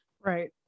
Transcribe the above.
right